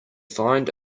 find